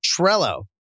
Trello